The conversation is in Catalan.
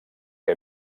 que